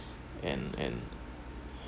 and and